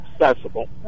accessible